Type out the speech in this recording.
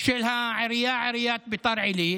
של עיריית ביתר עילית.